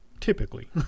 Typically